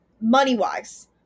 money-wise